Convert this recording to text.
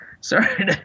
sorry